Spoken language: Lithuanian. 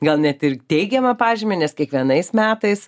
gal net ir teigiamą pažymį nes kiekvienais metais